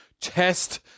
test